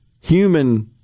human